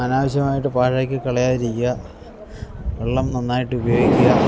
ആനാവശ്യമായിട്ട് പാഴാക്കി കളയാതിരിക്ക വെള്ളം നന്നായിട്ട് ഉപയോഗിക്കുക